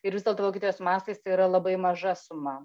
ir vis dėlto vokietijos mastais tai yra labai maža suma